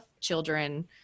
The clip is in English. children